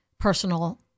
personal